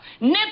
nip